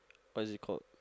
what is it called